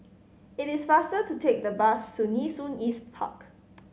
it is faster to take the bus to Nee Soon East Park